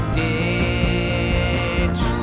ditch